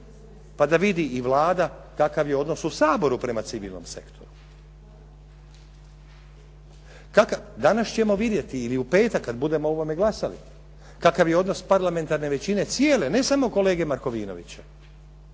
pa da vidi i Vlada kakav je odnos u Saboru prema civilnom sektoru. Danas ćemo vidjeti ili u petak kad budemo o ovome glasali, kakav je odnos parlamentarne većine cijele ne samo kolege Markovinovića,